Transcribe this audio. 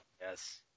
Yes